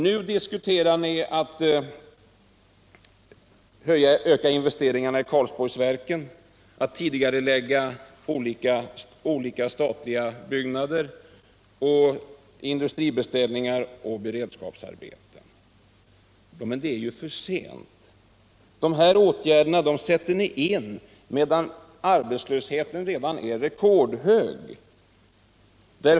"Nu diskuterar ni att öka investeringarna i Karlsborgsverken, tidigarelägga olika statliga byggnader och industribeställningar och beredskapsarbeten. Men det är ju för sent. Dessa åtgärder sätter ni in när arbetslösheten redan är rekordhög.